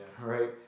right